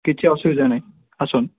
କିଛି ଅସୁବିଧା ନାହିଁ ଆସନ୍ତୁ